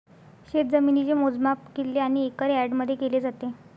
शेतजमिनीचे मोजमाप किल्ले आणि एकर यार्डमध्ये केले जाते